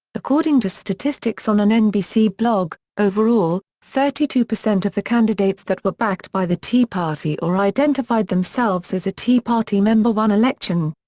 according to statistics on an nbc blog, overall, thirty two percent of the candidates that were backed by the tea party or identified themselves as a tea party member won election.